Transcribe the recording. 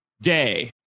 day